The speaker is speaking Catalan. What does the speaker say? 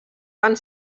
van